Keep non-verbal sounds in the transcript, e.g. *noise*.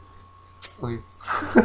*noise* okay *laughs*